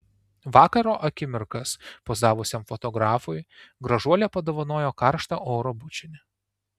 vakaro akimirkas pozavusiam fotografui gražuolė padovanojo karštą oro bučinį